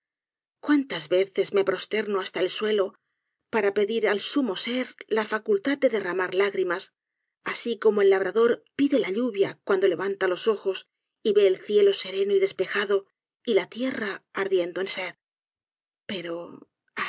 cuántas veces me prosterno hasta el suelo para pedir al sumo ser la facultad de derramar lágrimas asi como el labrador pide la lluvia cuando levanta los ojos y ve el cielp íerenoy despejado y la tierra ardiendo en sed pero